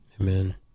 Amen